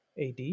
AD